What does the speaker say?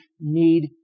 need